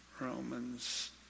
Romans